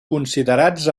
considerats